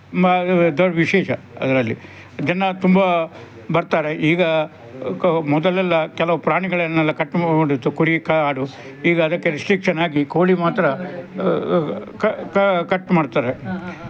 ಮ ದ ವಿಶೇಷ ಅದರಲ್ಲಿ ಜನ ತುಂಬ ಬರ್ತಾರೆ ಈಗ ಕ ಮೊದಲೆಲ್ಲ ಕೆಲವು ಪ್ರಾಣಿಗಳನ್ನೆಲ್ಲ ಕಟ್ ಮಾಡಿದ್ದು ಕುರಿ ಕಾಡು ಈಗ ಅದಕ್ಕೆ ರಿಸ್ಟ್ರಿಕ್ಷನ್ ಆಗಿ ಕೋಳಿ ಮಾತ್ರ ಕಟ್ ಮಾಡ್ತಾರೆ